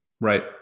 Right